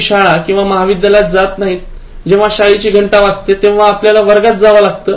तुम्ही शाळा किंवा महाविद्यलयात जात नाहीत जेव्हा शाळेची घंटा वाजते तेव्हा आपल्याला वर्गात जावं लागत